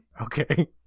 Okay